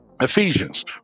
Ephesians